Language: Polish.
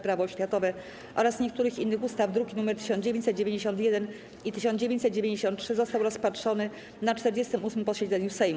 Prawo oświatowe oraz niektórych innych ustaw, druki nr 1991 i 1993, został rozpatrzony na 48. posiedzeniu Sejmu.